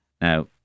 Now